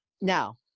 Now